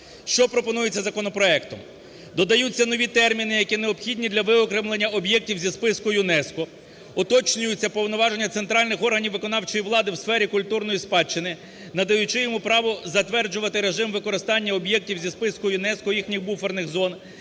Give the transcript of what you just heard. Що пропонується законопроектом? Додаються нові терміни, які необхідні для виокремлення об'єктів зі списку ЮНЕСКО, уточнюються повноваження центральних органів виконавчої влади у сфері культурної спадщини, надаючи йому право затверджувати режим використання об'єктів зі списку ЮНЕСКО, їхніх буферних зон,